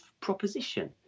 proposition